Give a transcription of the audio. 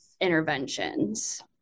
interventions